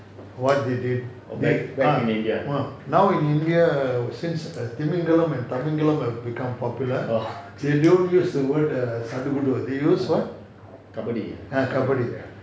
what did it ah ah now in india since the thimingalam thimingalam thimingalam become popular they don't use the word sadugudu they use [what] kabaddi